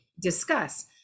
discuss